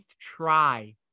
try